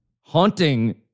haunting